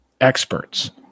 experts